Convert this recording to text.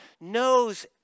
knows